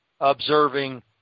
observing